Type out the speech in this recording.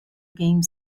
game